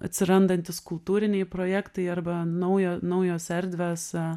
atsirandantys kultūriniai projektai arba naujo naujos erdvės